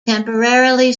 temporarily